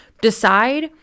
decide